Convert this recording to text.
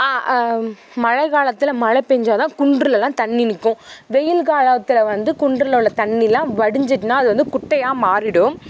மழை காலத்தில் மழை பேய்ஞ்சாதான் குன்றுலலாம் தண்ணி நிற்கும் வெயில் காலத்தில் வந்து குன்றில் உள்ள தண்ணிலாம் வடிஞ்சிட்டுன்னா அது வந்து குட்டையாக மாறிவிடும்